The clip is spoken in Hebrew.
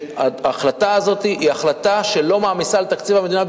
שההחלטה הזאת היא החלטה שלא מעמיסה על תקציב המדינה,